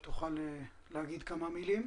הוא יצא מבית הספר ודרס אותו רכב והרג לי אתו במקום.